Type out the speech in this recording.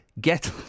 Get